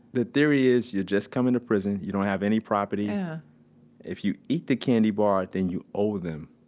the theory is you're just coming to prison, you don't have any property. yeah if you eat the candy bar, then you owe them,